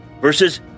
versus